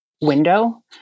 window